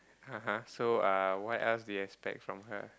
(uh huh) so uh what else do you expect from her